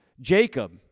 Jacob